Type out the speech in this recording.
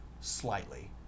slightly